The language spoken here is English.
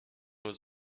was